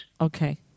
Okay